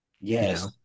yes